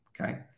Okay